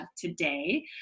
today